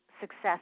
success